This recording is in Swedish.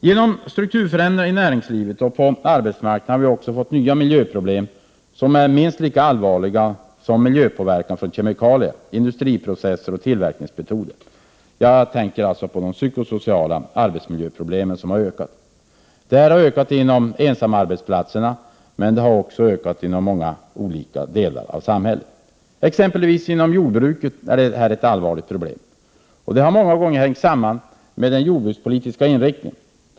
Genom strukturförändringar i näringslivet och på arbetsmarknaden har vi fått nya miljöproblem som är minst lika allvarliga som miljöpåverkan från kemikalier, industriprocesser och tillverkningsmetoder. Jag tänker på de psykosociala arbetsmiljöproblemen, vilka har ökat. De har ökat på ensamarbetsplatserna, men även inom många andra delar av samhället. Inom exempelvis jordbruket är detta ett allvarligt problem. Det har många gånger hängt samman med den jordbrukspolitiska inriktningen.